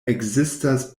ekzistas